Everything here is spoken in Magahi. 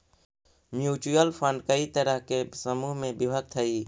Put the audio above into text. म्यूच्यूअल फंड कई तरह के समूह में विभक्त हई